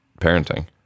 parenting